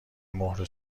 مهر